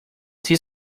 tea